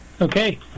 Okay